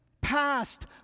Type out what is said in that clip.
Past